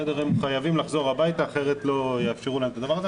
הם חייבים לחזור הביתה אחרת לא יאפשרו להם את הדבר הזה.